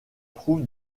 trouve